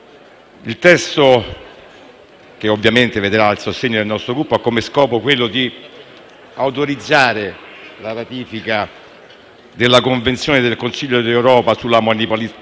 Il testo, che ovviamente vedrà il sostegno del nostro Gruppo, ha come scopo autorizzare la ratifica della Convenzione del Consiglio d'Europa sulla manipolazione